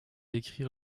écrire